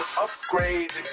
Upgrade